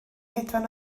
hedfan